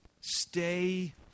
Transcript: stay